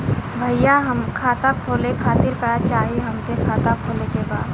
भईया खाता खोले खातिर का चाही हमके खाता खोले के बा?